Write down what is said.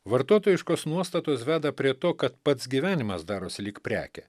vartotojiškos nuostatos veda prie to kad pats gyvenimas darosi lyg prekė